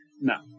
No